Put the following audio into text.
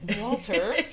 Walter